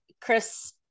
Chris